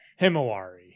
Himawari